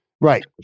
right